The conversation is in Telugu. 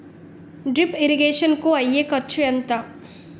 డ్రిప్ ఇరిగేషన్ కూ అయ్యే ఖర్చు ఎంత?